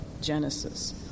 Genesis